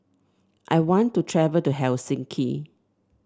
I want to travel to Helsinki